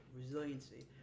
resiliency